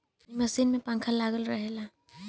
ए machine में पंखा लागल रहेला